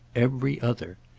every other.